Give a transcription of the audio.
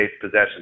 possessions